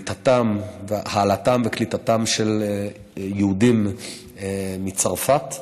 להעלאתם וקליטתם של יהודים מצרפת.